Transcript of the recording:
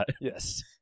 Yes